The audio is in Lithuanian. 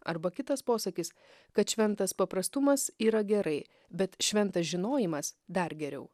arba kitas posakis kad šventas paprastumas yra gerai bet šventas žinojimas dar geriau